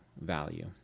value